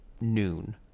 noon